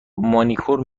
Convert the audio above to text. مانیکور